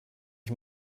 ich